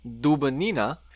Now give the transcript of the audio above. Dubanina